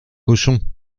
cochons